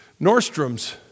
Nordstrom's